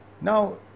Now